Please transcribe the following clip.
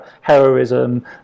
heroism